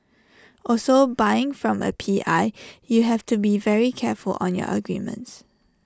also buying from A P I you have to be very careful on your agreements